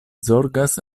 zorgas